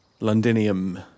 Londinium